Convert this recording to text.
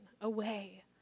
away